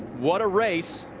what a race.